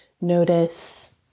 notice